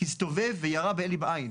הסתובב וירה לאלי בעין.